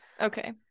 okay